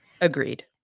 Agreed